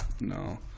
No